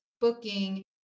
booking